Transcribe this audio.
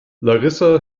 larissa